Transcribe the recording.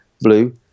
blue